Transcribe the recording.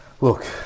look